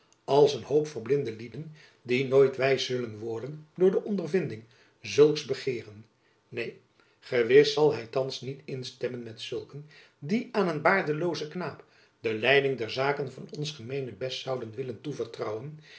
als een hoop verblinde lieden die nooit wijs zullen worden door de ondervinding zulks begeeren neen gewis zal hy thands niet instemmen met dezulken die aan een baardeloozen knaap de leiding der zaken van ons gemeenebest zouden willen toevertrouwen